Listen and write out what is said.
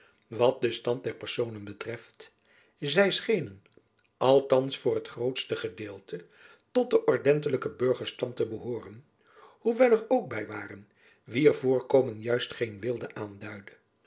wat den stand der personen betreft zy schenen althands voor t grootste gedeelte tot den ordentelijken burgerstand te behooren hoewel jacob van lennep elizabeth musch er ook by waren wier voorkomen juist geen weelde aanduidde